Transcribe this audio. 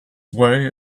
way